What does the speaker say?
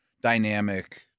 dynamic